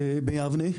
ביבנה.